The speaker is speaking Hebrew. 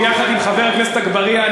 יחד עם חבר הכנסת אגבאריה,